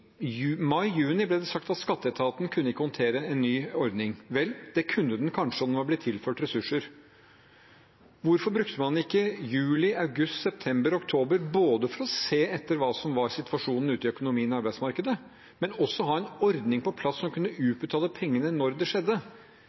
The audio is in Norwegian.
ble det sagt at skatteetaten ikke kunne håndtere en ny ordning. Vel, det kunne den kanskje om den hadde blitt tilført ressurser. Hvorfor brukte man ikke juli, august, september, oktober både for å se etter hva som var situasjonen ute i økonomien og arbeidsmarkedet, og for å ha en ordning på plass som kunne utbetale pengene når det skjedde?